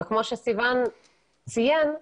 וכמו שסיון ציין,